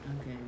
Okay